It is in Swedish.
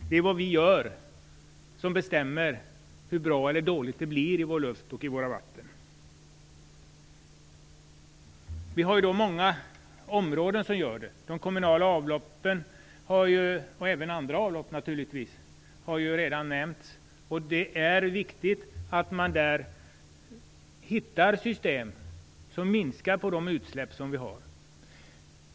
Det är vad vi gör som bestämmer hur bra eller dåligt det blir i vår luft och våra vatten. Det här gäller många områden. De kommunala avloppen, och naturligtvis även andra avlopp, har redan nämnts. Det är viktigt att man där hittar system som minskar de utsläpp vi nu har.